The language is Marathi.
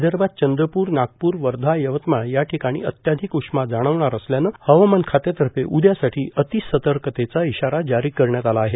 विदर्भात चंद्रपूर नागपूर वर्धा यवतमाळ याठिकाणी अत्याधिक उष्मा जाणवणार असल्यानं हवामान खात्यातर्फे उद्यासाठी अतिसतर्कतेचा इशारा जारी करण्यात आला आहे